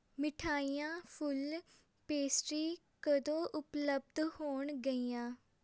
ਮਿਠਾਈਆਂ ਫੁੱਲ ਪੇਸਟੀ ਕਦੋਂ ਉਪਲਬਧ ਹੋਣਗੀਆਂ